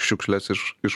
šiukšles iš iš